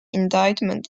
indictment